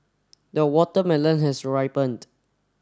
the watermelon has ripened